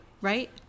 Right